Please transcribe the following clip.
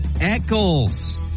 Eccles